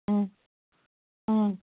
ꯎꯝ ꯎꯝ